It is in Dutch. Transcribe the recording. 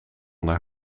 naar